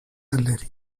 gallerie